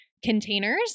containers